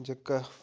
जेह्का